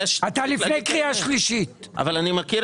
כי אתם רוצים להכניס את זה בסוף ולהגיד לנו